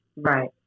Right